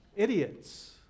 Idiots